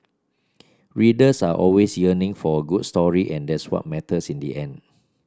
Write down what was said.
readers are always yearning for a good story and that's what matters in the end